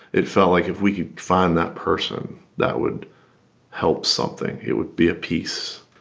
it felt like if we could find that person, that would help something, it would be a piece.